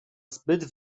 zbyt